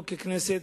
פה ככנסת,